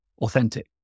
authentic